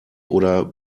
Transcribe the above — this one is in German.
oder